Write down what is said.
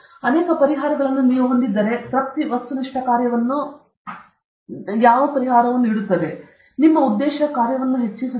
ನೀವು ಅನೇಕ ಪರಿಹಾರಗಳನ್ನು ಹೊಂದಿದ್ದರೆ ತೃಪ್ತಿ ವಸ್ತುನಿಷ್ಠ ಕಾರ್ಯವನ್ನು ಯಾವ ಪರಿಹಾರವು ನೀಡುತ್ತದೆ ನಿಮ್ಮ ಉದ್ದೇಶ ಕಾರ್ಯವನ್ನು ಹೆಚ್ಚಿಸುತ್ತದೆ